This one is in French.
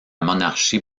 monarchie